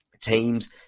teams